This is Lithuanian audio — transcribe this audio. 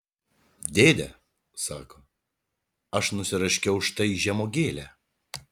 dėde sako aš nusiraškiau štai žemuogėlę